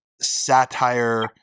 satire